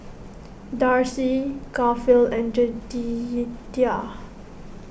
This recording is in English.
Darci Garfield and Jedidiah